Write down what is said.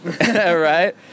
right